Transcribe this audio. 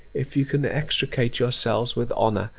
if you can extricate yourself with honour,